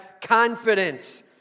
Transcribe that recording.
confidence